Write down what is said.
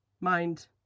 mind